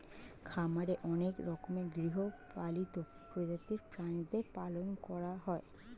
খামারে অনেক রকমের গৃহপালিত প্রজাতির প্রাণীদের পালন করা হয়